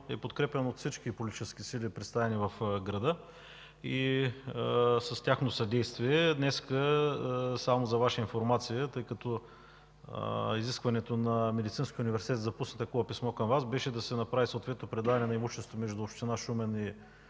е подкрепян от всички политически сили, представени в града. За Ваша информация, тъй като изискването на Медицинския университет, за да пусне такова писмо към Вас, беше да се направи съответно предаване на имуществото между община Шумен и